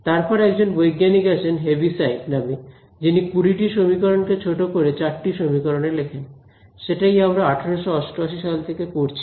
এরপরে একজন বৈজ্ঞানিক আসেন হেভিসাইড নামে যিনি কুড়িটি সমীকরণকে ছোট করে চারটি সমীকরণে লেখেন সেটাই আমরা 1888 সাল থেকে পড়ছি